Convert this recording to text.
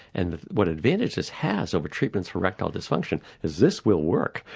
and what advantage this has over treatments for erectile dysfunction is this will work,